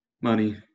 Money